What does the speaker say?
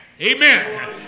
amen